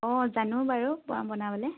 অঁ জানো বাৰু মই বনাবলৈ